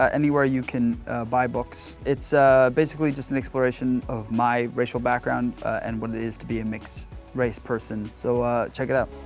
ah anywhere you can buy books. it's ah basically just an exploration of my racial background and what it is to be a mixed race person. so check it out.